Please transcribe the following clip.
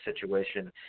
situation